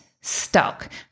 stuck